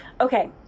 Okay